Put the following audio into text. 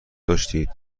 داشتید